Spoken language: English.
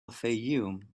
fayoum